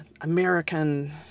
american